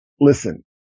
listen